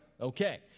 Okay